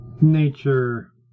nature